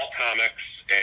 Comics